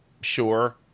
Sure